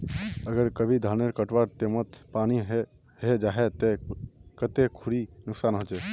अगर कभी धानेर कटवार टैमोत पानी है जहा ते कते खुरी नुकसान होचए?